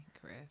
Chris